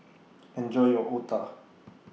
Enjoy your Otah